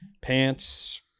pants